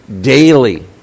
daily